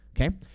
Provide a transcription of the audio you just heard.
Okay